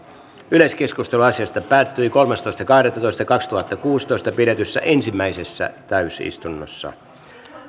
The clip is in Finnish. yleiskeskustelu asiasta päättyi kolmastoista kahdettatoista kaksituhattakuusitoista pidetyssä ensimmäisessä täysistunnossa